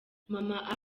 mama